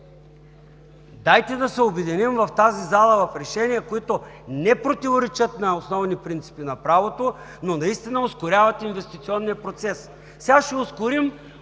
Дайте да се обединим в тази зала в решения, които не противоречат на основни принципи на правото, но наистина ускоряват инвестиционния процес! Сега ще ускорим